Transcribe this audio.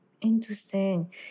Interesting